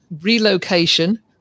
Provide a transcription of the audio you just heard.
relocation